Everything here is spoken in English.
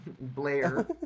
Blair